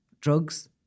drugs